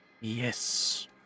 Yes